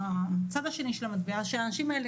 הצד השני של המטבע הוא שהאנשים האלה,